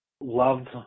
loved